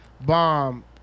Bomb